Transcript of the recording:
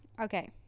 Okay